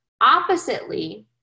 Oppositely